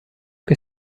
che